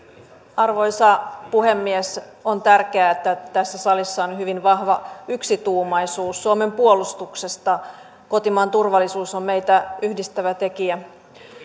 arvoisa puhemies on tärkeää että tässä salissa on hyvin vahva yksituumaisuus suomen puolustuksesta kotimaan turvallisuus on meitä yhdistävä tekijä